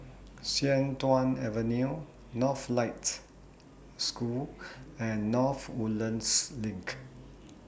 Sian Tuan Avenue Northlight School and North Woodlands LINK